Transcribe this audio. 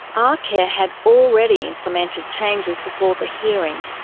arcare had already implemented changes before the hearing,